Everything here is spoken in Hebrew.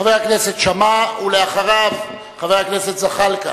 חבר הכנסת שאמה, ואחריו, חבר הכנסת זחאלקה.